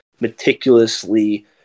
meticulously